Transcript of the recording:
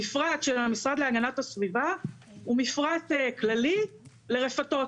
המפרט של המשרד להגנת הסביבה הוא מפרט כללי לרפתות.